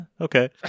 okay